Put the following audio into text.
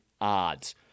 odds